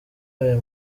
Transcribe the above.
aya